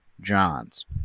John's